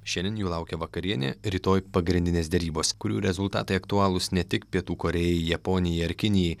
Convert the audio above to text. šiandien jų laukia vakarienė rytoj pagrindinės derybos kurių rezultatai aktualūs ne tik pietų korėjai japonijai ar kinijai